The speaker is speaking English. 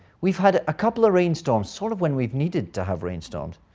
we've had a couple of rainstorms sort of when we've needed to have rainstorms.